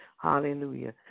Hallelujah